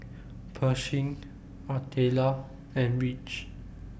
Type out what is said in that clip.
Pershing Artelia and Ridge